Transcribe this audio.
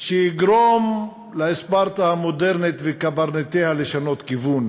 שיגרום לספרטה המודרנית וקברניטיה לשנות כיוון,